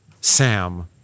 Sam